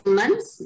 months